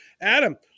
Adam